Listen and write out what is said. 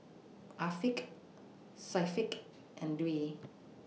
Afiq Syafiq and Dwi